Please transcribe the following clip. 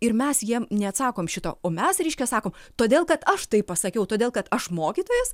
ir mes jiem neatsakom šito o mes reiškia sakom todėl kad aš taip pasakiau todėl kad aš mokytojas